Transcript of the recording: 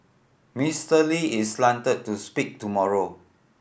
Mister Lee is slated to speak tomorrow